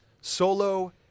Solo